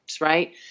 right